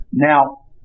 Now